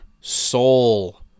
Soul